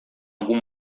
algum